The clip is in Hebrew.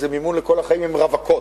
מקבלות מימון לכל החיים אם הן רווקות.